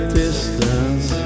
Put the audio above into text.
distance